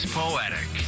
poetic